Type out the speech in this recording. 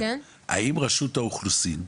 האם רשות האוכלוסין,